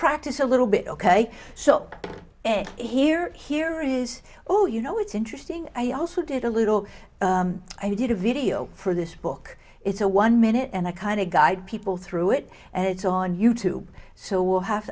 practice a little bit ok so here here is all you know it's interesting i also did a little i did a video for this book it's a one minute and i kind of guide people through it and it's on you tube so we'll have